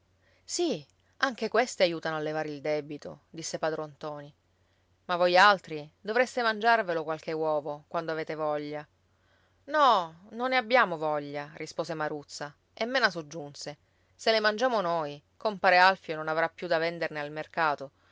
sì anche queste aiutano a levare il debito disse padron ntoni ma voi altri dovreste mangiarvelo qualche uovo quando avete voglia no non ne abbiamo voglia rispose maruzza e mena soggiunse se le mangiamo noi compare alfio non avrà più da venderne al mercato